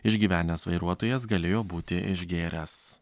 išgyvenęs vairuotojas galėjo būti išgėręs